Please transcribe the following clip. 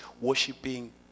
worshiping